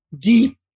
deep